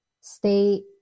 stay